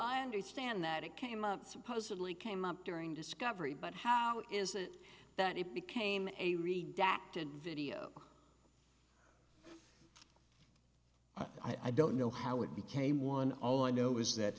i understand that it came up supposedly came up during discovery but how is it that it became a read back to video i don't know how it became one all i know is that